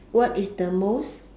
what is the most